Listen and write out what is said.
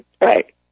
Right